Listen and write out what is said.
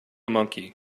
monkey